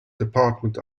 department